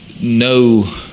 no